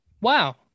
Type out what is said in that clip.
Wow